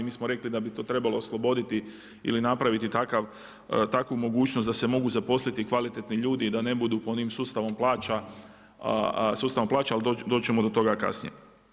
Mi smo rekli da bi to trebalo osloboditi ili napraviti takvu mogućnost da se mogu zaposliti kvalitetni ljudi i da ne budu pod onim sustavom plaća, sustavom plaća, ali doći ćemo do toga kasnije.